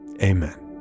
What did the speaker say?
amen